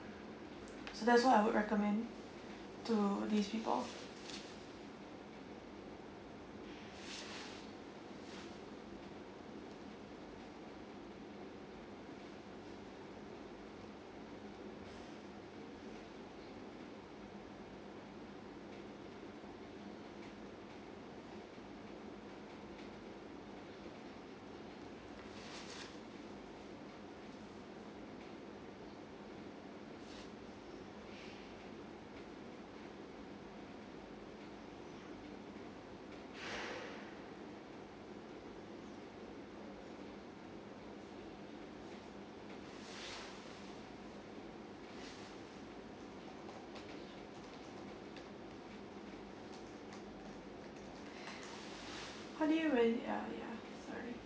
so that's what I would recommend to these people how do you manage ya ya sorry